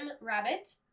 Rabbit